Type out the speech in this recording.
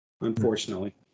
unfortunately